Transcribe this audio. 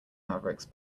mavericks